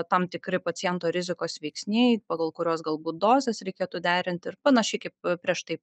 tam tikri paciento rizikos veiksniai pagal kuriuos galbūt dozes reikėtų derinti ir panašiai kaip prieš tai